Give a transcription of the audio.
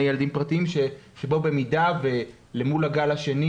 ילדים פרטיים שבו במידה ולמול הגל השני